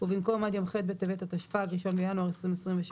ובמקום "עד יום ח' בטבת התשפ"ג (1 בינואר 2023)"